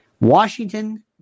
Washington